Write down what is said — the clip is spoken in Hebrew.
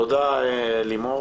תודה, לימור.